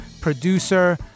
producer